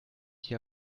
hier